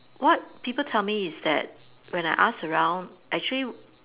what people tell me is that when I ask around actually